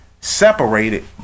separated